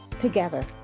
Together